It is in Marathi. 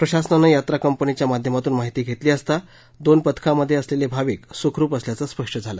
प्रशासनान यात्रा कंपनीच्या माध्यमातून माहिती घेतली असता दोन पथकांमधे असलेले भाविक सुखरूप असल्याचं स्पष्ट झालं